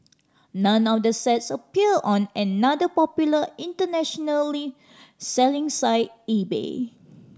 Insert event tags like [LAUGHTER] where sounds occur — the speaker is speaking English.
none of the sets appeared on another popular international [UNINTELLIGIBLE] selling site eBay